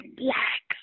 black